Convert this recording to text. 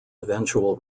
eventual